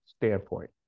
standpoint